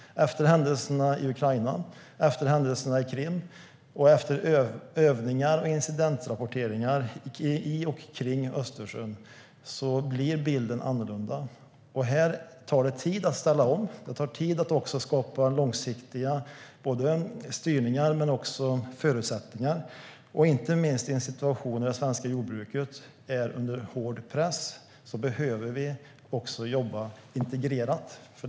Efter händelserna i Ukraina och i Krim och efter övningar i och kring Östersjön och incidentrapporter om dessa blir bilden annorlunda. Det tar tid att ställa om. Det tar tid att skapa långsiktiga styrningar men också förutsättningar. Inte minst i en situation då det svenska jordbruket är under hård press behöver vi också jobba integrerat.